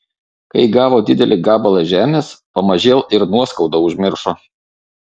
kai gavo didelį gabalą žemės pamažėl ir nuoskaudą užmiršo